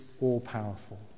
all-powerful